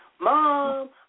Mom